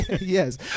Yes